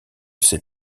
ses